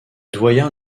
doyen